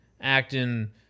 acting